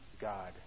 God